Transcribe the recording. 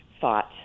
thought